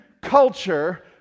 culture